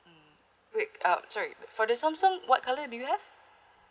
mm wait uh sorry for the Samsung what colour do you have